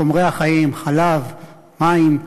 חומרי החיים, חלב, מים,